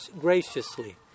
graciously